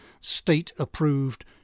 state-approved